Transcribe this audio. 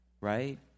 right